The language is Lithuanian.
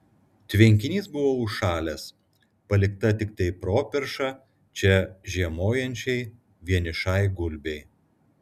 tvenkinys buvo užšalęs palikta tiktai properša čia žiemojančiai vienišai gulbei